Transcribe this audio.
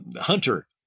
Hunter